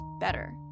better